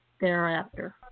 thereafter